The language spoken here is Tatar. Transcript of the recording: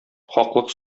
хаклык